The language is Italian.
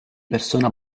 persona